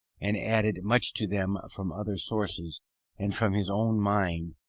and added much to them from other sources and from his own mind,